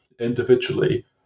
individually